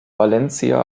valencia